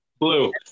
Blue